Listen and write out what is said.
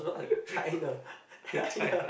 the China